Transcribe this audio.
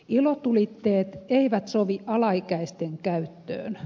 ilotulitteet eivät sovi alaikäisten käyttöön